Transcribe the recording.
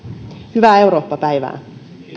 hyvää eurooppa päivää